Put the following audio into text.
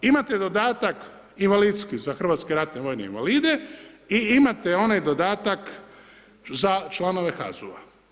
Imate dodatak invalidski za hrvatske ratne vojne invalide i imate onaj dodatak za članove HAZ-a.